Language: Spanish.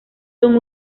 son